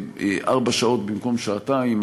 ארבע שעות במקום שעתיים.